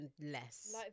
less